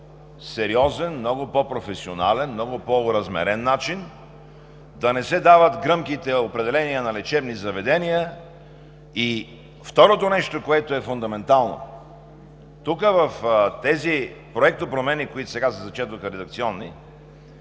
по-сериозен, много по-професионален, много по-оразмерен начин, да не се дават гръмките определения на лечебни заведения. И второто нещо, което е фундаментално, в тези редакционни проектопромени, които сега се прочетоха,